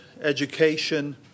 education